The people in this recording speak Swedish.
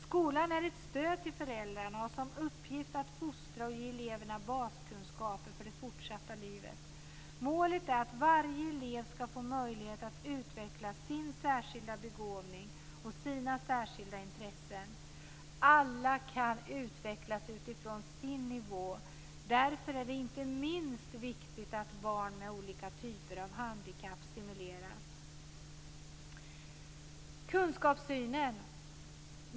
Skolan är ett stöd till föräldrarna och har som uppgift att fostra och ge eleverna baskunskaper för det fortsatta livet. Målet är att varje elev skall få möjlighet att utveckla sin särskilda begåvning och sina särskilda intressen. Alla kan utvecklas utifrån sin nivå. Därför är det inte minst viktigt att barn med olika typer av handikapp stimuleras. Sedan har vi frågan om synen på kunskap.